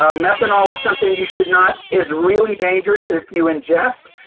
ah methanol is something you should not is really dangerous if you ingest.